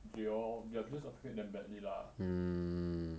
they all they're news like hit damn badly lah